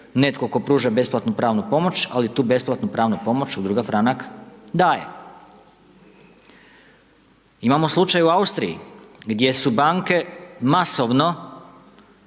netko tko pruža besplatnu pravnu pomoć, ali tu besplatnu pravnu pomoć, udruga Franak daje. Imamo slučajeve u Austriji, gdje su banke masovno